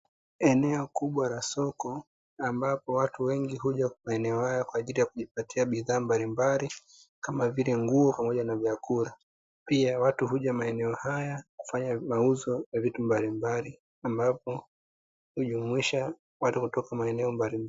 Eneo kubwa la soko ambapo watu wengi huja maeneo haya kwa ajili ya kujipatia bidhaa mbalimbali kama vile nguo pamoja na vyakula, pia watu huja maeneo haya kufanya mauzo ya vitu mbalimbali ambapo hujumuisha watu kutoka maeneo mbalimbali.